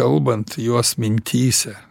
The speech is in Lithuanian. kalbant juos mintyse